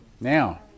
Now